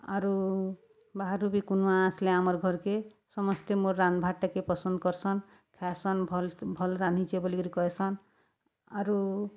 ଆରୁ ବାହାରୁ ବି କୁନୂଆ ଆସିଲେ ଆମର୍ ଘର୍କେ ସମସ୍ତେ ମୋର୍ ରାନ୍ଧବାର୍ଟାକେ ପସନ୍ଦ୍ କର୍ସନ୍ ଖାଏସନ୍ ଭଲ୍ ଭଲ୍ ରାନ୍ଧିଚେ ବଲିକିରି କହେସନ୍ ଆରୁ